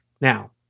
Now